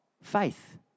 faith